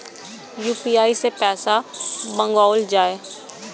UPI सै पैसा मंगाउल जाय?